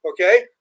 Okay